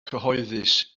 cyhoeddus